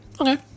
Okay